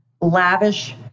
lavish